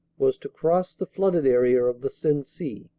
was to cross the flooded area of the sensee,